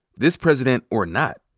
this president or not,